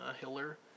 Hiller